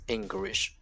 English